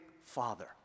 Father